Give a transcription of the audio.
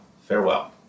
Farewell